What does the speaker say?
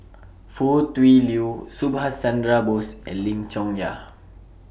Foo Tui Liew Subhas Chandra Bose and Lim Chong Yah